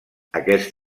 aquest